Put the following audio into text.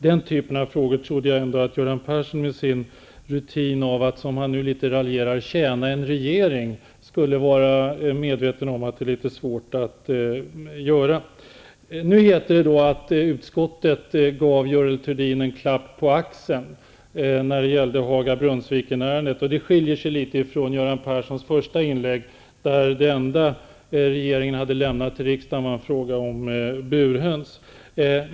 Jag trodde ändå att Göran Persson med sin rutin av -- som han litet raljerande sade -- att tjäna en regering var medveten om att det är svårt att begära. Nu hette det att uskottet gav Görel Thurdin en klapp på axeln när det gällde Haga--Brunnsvikenärendet. Det skiljer sig från vad Göran Persson sade i sitt första inlägg, nämligen att det enda som regeringen hade lämnat till riksdagen rörde frågan om burhöns.